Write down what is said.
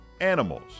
animals